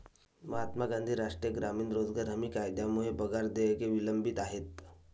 महात्मा गांधी राष्ट्रीय ग्रामीण रोजगार हमी कायद्यामुळे पगार देयके विलंबित आहेत